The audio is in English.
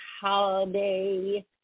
holiday